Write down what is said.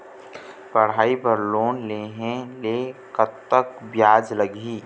पढ़ई बर लोन लेहे ले कतक ब्याज लगही?